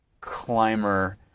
climber